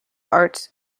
arts